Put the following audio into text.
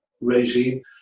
regime